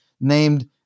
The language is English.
named